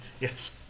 Yes